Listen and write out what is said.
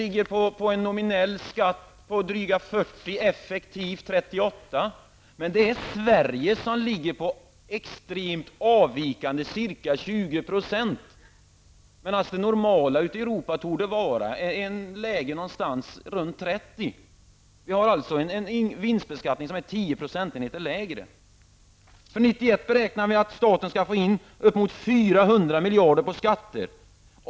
Belgien har en nominell skatt på drygt 40 %-- effektivt 38 %. Sverige ligger på extremt avvikande ca 20 %, medan det normala i Europa torde vara någonstans runt 30 %. Vi har alltså en vinstbeskattning som är 10 procentenheter lägre. Vi beräknar att staten under 1991 skall få in upp emot 400 miljarder på skatter.